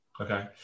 Okay